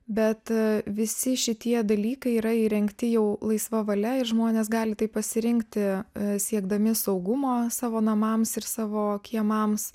bet visi šitie dalykai yra įrengti jau laisva valia ir žmonės gali tai pasirinkti siekdami saugumo savo namams ir savo kiemams